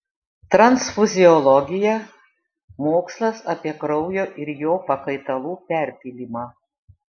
transfuziologija mokslas apie kraujo ir jo pakaitalų perpylimą